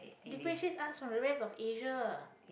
differentiates us from the rest of asia